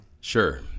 Sure